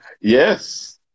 Yes